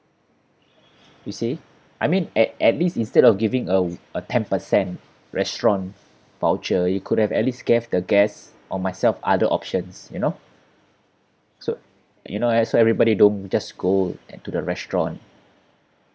you see I mean at at least instead of giving a a ten percent restaurant voucher you could have at least gave the guest or myself other options you know so you know everybody don't just go and to the restaurant